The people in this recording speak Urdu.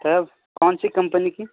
تب کون سی کمپنی کی